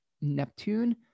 Neptune